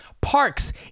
parks